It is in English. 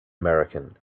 american